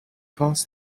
pass